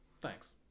thanks